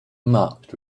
marked